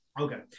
Okay